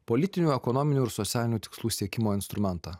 politinių ekonominių ir socialinių tikslų siekimo instrumentą